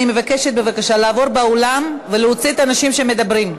אני מבקשת לעבור באולם ולהוציא את האנשים שמדברים.